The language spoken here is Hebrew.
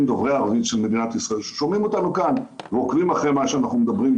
דוברי ערבית ששומעים אותנו כאן ועוקבים אחרי הדברים כאן,